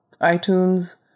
iTunes